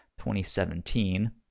2017